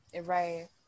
Right